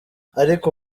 ariko